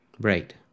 Right